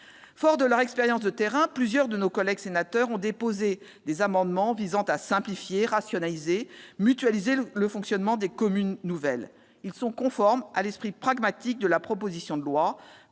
Forts de leur expérience de terrain, plusieurs de nos collègues sénateurs ont déposé des amendements visant à simplifier, à rationaliser ou à mutualiser le fonctionnement des communes nouvelles. Ils sont conformes à l'esprit pragmatique de la proposition de loi,